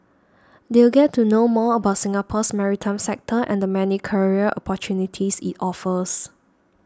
they'll get to know more about Singapore's maritime sector and many career opportunities it offers